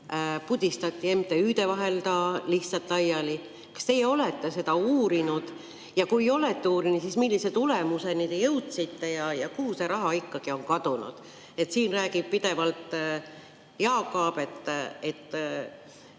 pudistati MTÜ-de vahel lihtsalt laiali. Kas teie olete seda uurinud ja kui olete uurinud, siis millise tulemuseni te jõudsite ja kuhu see raha ikkagi on kadunud? Siin räägib Jaak Aab pidevalt, et